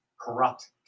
corrupt